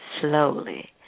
slowly